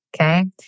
Okay